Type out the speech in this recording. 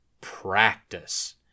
practice